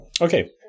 Okay